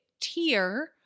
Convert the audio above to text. tier